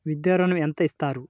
విద్యా ఋణం ఎంత ఇస్తారు?